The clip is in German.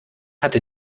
hatte